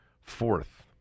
Fourth